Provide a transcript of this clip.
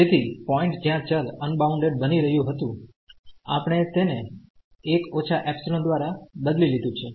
તેથી પોઈન્ટ જ્યાં ચલ અનબાઉન્ડેડ બની રહ્યું હતું આપણે તેને 1 −ϵ દ્વારા બદલી લીધું છે